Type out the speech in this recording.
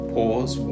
Pause